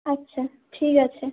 আচ্ছা ঠিক আছে